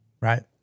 Right